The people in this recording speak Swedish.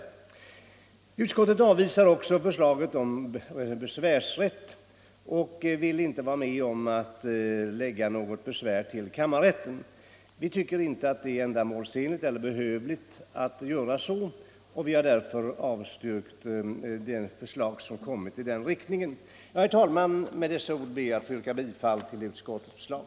Utskottsmajoriteten avvisar också förslaget om besvärsrätt hos kammarrätten. Vi tycker inte att en sådan ordning är ändamålsenlig eller behövlig, och vi har därför avstyrkt detta. förslag. Herr talman! Med dessa ord ber jag att få yrka bifall till utskottets förslag.